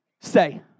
say